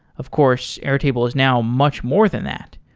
of course, airtable is now much more than that.